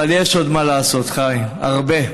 אבל יש עוד מה לעשות, חיים, הרבה.